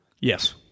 Yes